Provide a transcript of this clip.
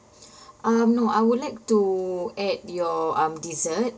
um no I would like to add your um dessert